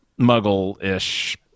muggle-ish